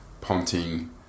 Ponting